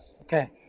okay